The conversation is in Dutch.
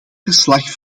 verslag